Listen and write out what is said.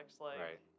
Right